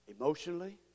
emotionally